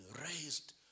raised